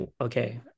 okay